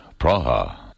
Praha